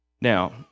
Now